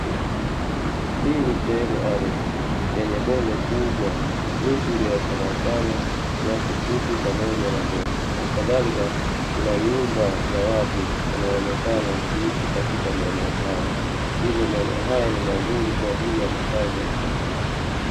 Hii ni sehemu ya ardhi yenye bonde kubwa, miti iliyoachana achana, nyasi fupi, pamoja na ndefu. Hali kadhalika, kuna nyumba za watu wanaoonekana wakiishi katika maeneo haya. Hivyo, maeneo haya ni mazuri kwa ajili ya makazi ya viumbe hai.